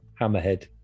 Hammerhead